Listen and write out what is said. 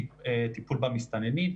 טיפול במסתננים,